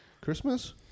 Christmas